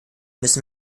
müssen